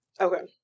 Okay